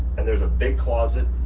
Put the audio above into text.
and there's a big closet